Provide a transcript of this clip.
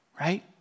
Right